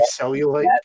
cellulite